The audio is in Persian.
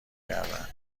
کردن